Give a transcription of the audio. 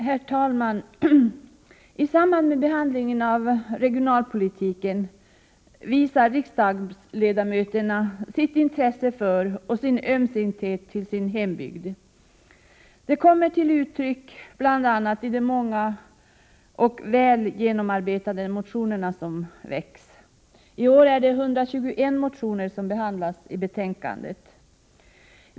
Herr talman! I samband med behandlingen av regionalpolitiken visar riksdagsledamöterna sitt intresse för och sin ömsinthet till sin hembygd. Det kommer till uttryck bl.a. i de många och väl genomarbetade motioner som väcks. I år är det 121 motioner som behandlas i betänkandet.